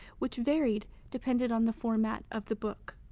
which varied depending on the format of the book.